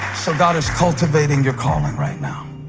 so god is cultivating your calling right now,